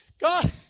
God